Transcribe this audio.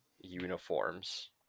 uniforms